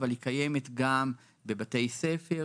אבל היא קיימת גם בבתי ספר,